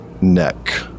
neck